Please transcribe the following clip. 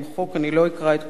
אני לא אקרא את כל העשרה,